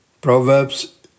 Proverbs